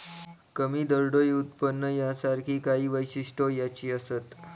कमी दरडोई उत्पन्न यासारखी काही वैशिष्ट्यो ह्याची असत